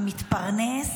המתפרנס